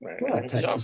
right